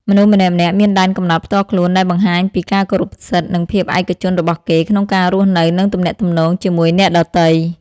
មនុស្សម្នាក់ៗមានដែនកំណត់ផ្ទាល់ខ្លួន ដែលបង្ហាញពីការគោរពសិទ្ធិ និងភាពឯកជនរបស់គេ ក្នុងការរស់នៅ និងទំនាក់ទំនងជាមួយអ្នកដទៃ។